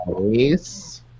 Nice